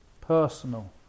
personal